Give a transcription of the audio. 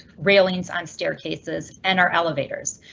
railings, on staircases and our elevators.